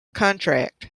contract